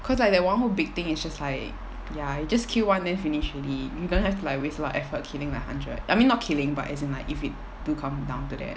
cause like that one whole big thing it's just like ya you just kill one then finished only you don't have to like waste a lot of effort killing like a hundred I mean not killing but as in like if it do come down to that